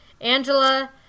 Angela